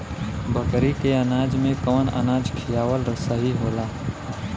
बकरी के अनाज में कवन अनाज खियावल सही होला?